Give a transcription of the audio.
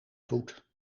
voet